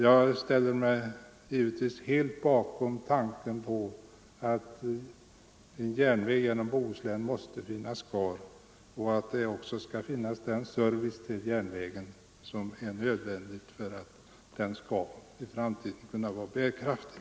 Jag ställer mig givetvis helt bakom tanken på att en järnväg genom Bohuslän skall finnas kvar och att den skall få den service som är nödvändig för att i framtiden vara bärkraftig.